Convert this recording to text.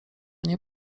nie